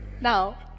Now